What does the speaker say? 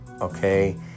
okay